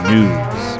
News